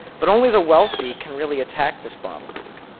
but only the wealthy can really attack this bottleneck.